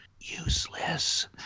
useless